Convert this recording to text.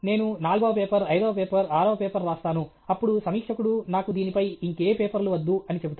నేను నాల్గవ పేపర్ ఐదవ పేపర్ ఆరవ పేపర్ వ్రాస్తాను అప్పుడు సమీక్షకుడు నాకు దీనిపై ఇంకే పేపర్లు వద్దు అని చెబుతారు